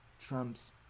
Trump's